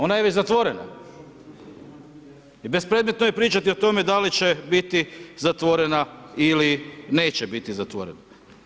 Ona je već zatvorena i bespredmetno je pričati o tome da li će biti zatvorena ili neće biti zatvorena.